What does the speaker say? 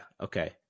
okay